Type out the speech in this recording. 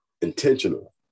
intentional